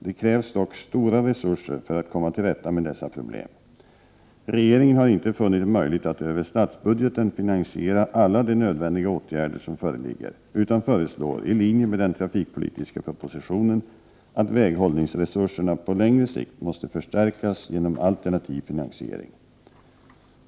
Det krävs dock stora resurser för att komma till rätta med dessa problem. Regeringen har inte funnit det möjligt att över statsbudgeten finansiera alla de nödvändiga åtgärder som föreligger utan föreslår, i linje med den trafikpolitiska propositionen, att väghållningsresurserna på längre sikt måste förstärkas genom alternativ finansiering.